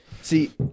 See